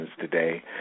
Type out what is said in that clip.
today